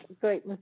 Great